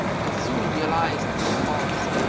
i soon realized the cause.